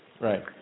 right